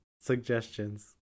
suggestions